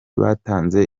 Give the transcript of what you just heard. batanze